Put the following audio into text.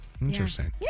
interesting